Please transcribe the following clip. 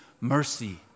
mercy